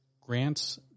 grants